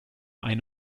eine